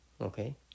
Okay